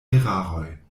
eraroj